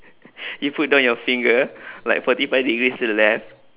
you put down your finger like forty five degrees to the left